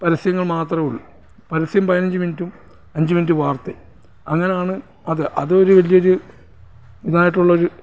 പരസ്യങ്ങൾ മാത്രമേ ഉള്ളു പരസ്യം പതിനഞ്ചു മിനിറ്റും അഞ്ചു മിനിറ്റ് വാർത്തയും അങ്ങനെയാണ് അത് അതൊരു വലിയൊരു ഇതായിട്ടുള്ളൊരു